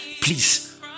please